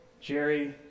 Jerry